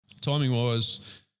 timing-wise